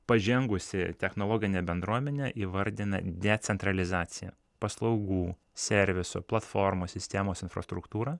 pažengusi technologinė bendruomenė įvardina decentralizaciją paslaugų serviso platformos sistemos infrastruktūrą